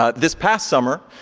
ah this past summer,